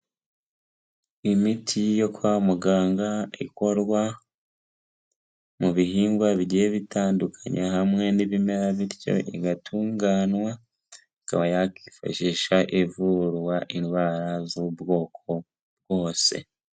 Imiti yo kwa muganga ikorwa mu bihingwa bigiye bitandukanya hamwe n'ibimera bityo igatunganwa ikaba yakifashisha ivurwa indwara z'ubwoko bwose.